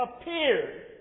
appeared